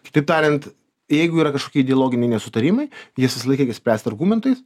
kitaip tariant jeigu yra kažkokie ideologiniai nesutarimai jas visąlaik reikia spręst argumentais